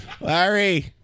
Larry